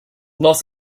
loss